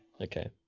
Okay